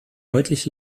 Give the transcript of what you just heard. deutlich